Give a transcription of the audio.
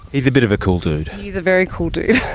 he's a bit of a cool dude. he's a very cool dude,